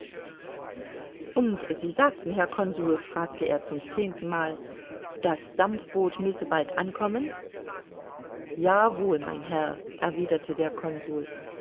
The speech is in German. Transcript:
und sie sagten herr consul fragte er zum zehnten mal das dampfboot müsse bald ankommen ja wohl mein herr erwiderte der consul